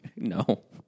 no